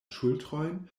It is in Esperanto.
ŝultrojn